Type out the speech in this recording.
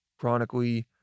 chronically